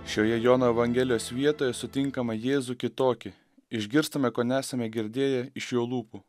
šioje jono evangelijos vietoje sutinkame jėzų kitokį išgirstame ko nesame girdėję iš jo lūpų